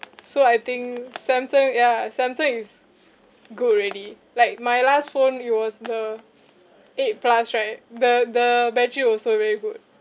so I think samsung yeah samsung is good already like my last phone it was the eight plus right the the battery also very good